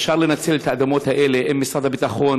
אפשר לנצל את האדמות האלה אם משרד הביטחון